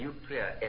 nuclear